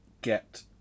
get